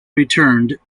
returned